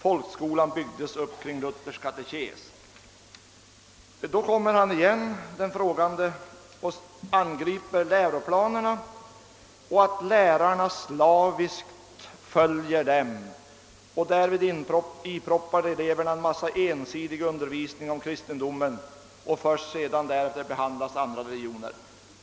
Folkskolan byggdes upp kring Luthers katekes. Sedan kommer den frågande igen och angriper läroplanerna och säger att lärarna slaviskt följer dem, varvid de proppar i eleverna en ensidig undervisning om kristendomen. Först därefter behandlas andra religioner.